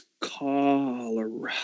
Colorado